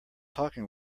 talking